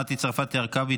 מטי צרפתי הרכבי,